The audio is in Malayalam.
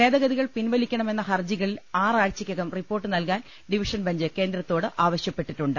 ഭേദഗതികൾ പിൻവലിക്കണമെന്ന ഹർജികളിൽ ആറാഴ്ചക്കകം റിപ്പോർട്ട് നൽകാൻ ഡിവിഷൻ ബെഞ്ച് കേന്ദ്രത്തോട്ട് ആവശ്യപ്പെട്ടിട്ടു ണ്ട്